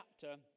chapter